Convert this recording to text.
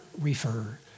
refer